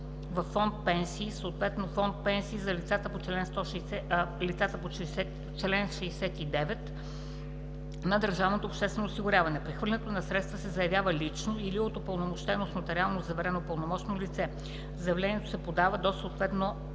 във фонд „Пенсии“, съответно фонд „Пенсии за лицата по чл. 69“, на държавното обществено осигуряване. Прехвърлянето на средствата се заявява лично или от упълномощено с нотариално заверено пълномощно лице. Заявлението се подава до съответното